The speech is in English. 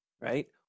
Right